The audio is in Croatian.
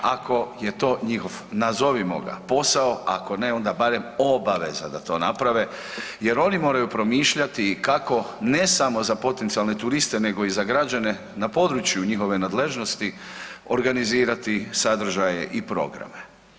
Ako je to njihov, nazovimo ga, posao, ako ne, onda barem obaveza da to naprave jer oni moraju promišljati i kako ne samo za potencijalne turiste, nego i za građane na području njihove nadležnosti, organizirati sadržaje i programe.